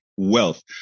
wealth